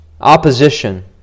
opposition